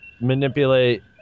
manipulate